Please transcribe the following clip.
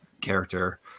character